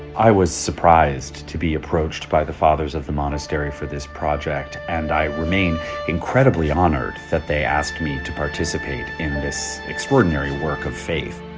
i was surprised to be approached by the fathers of the monastery for this project and i remain incredibly honored that they asked me to participate in this extraordinary work of faith.